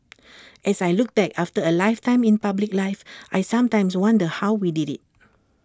as I look back after A lifetime in public life I sometimes wonder how we did IT